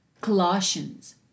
Colossians